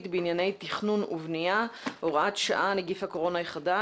בענייני תכנון ובנייה (הוראת שעה - נגיף הקורונה החדש),